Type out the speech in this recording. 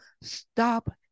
stop